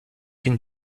can